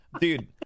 dude